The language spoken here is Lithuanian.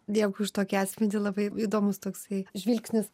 dėkui už tokį atspindi labai įdomus toksai žvilgsnis